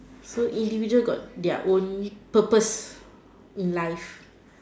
so individual got their own purpose in life